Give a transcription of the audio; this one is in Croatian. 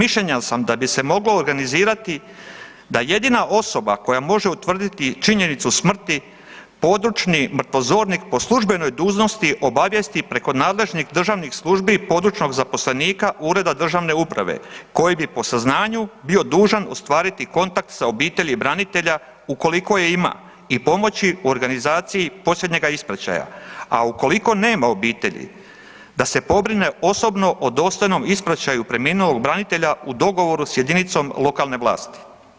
Mišljenja sam da bi se moglo organizirati da jedina osoba koja može utvrditi činjenicu smrti područni mrtvozornik po službenoj dužnosti obavijesti preko nadležnih državnih službi područnog zaposlenika ureda državne uprave koji bi po saznanju bio dužan ostvariti kontakt sa obitelji branitelja ukoliko je ima i pomoći u organizaciji posljednjega ispraćaja, a ukoliko nema obitelji da se pobrine osobno o dostojnom ispraćaju preminulog branitelja u dogovoru s jedinicom lokalne vlasti.